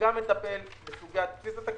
שמטפל בסוגיית בסיס התקציב,